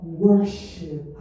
worship